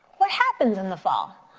what happens in the fall?